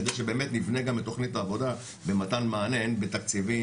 כדי שבאמת נבנה גם את תכנית העבודה במתן מענה הן בתקציבים,